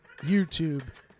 YouTube